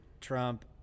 Trump